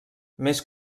més